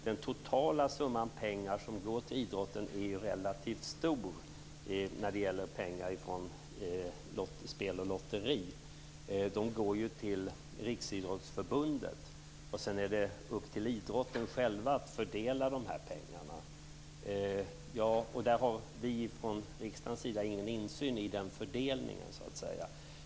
Den totala summan pengar från spel och lotterier som går till idrotten är relativt stor. De går ju till Riksidrottsförbundet, och sedan är det upp till förbundet självt att fördela dessa pengar. I den fördelningen har vi från riksdagen ingen insyn.